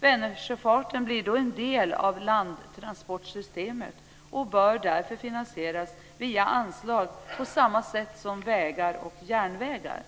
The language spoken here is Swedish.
Vänersjöfarten blir då en del av landtransportsystemet och bör därmed finansieras via anslag på samma sätt som vägar och järnvägar.